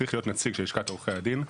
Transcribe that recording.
צריך להיות נציג של לשכת עורכי הדין.